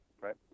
right